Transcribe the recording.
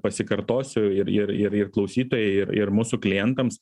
pasikartosiu ir ir ir ir klausytojai ir ir mūsų klientams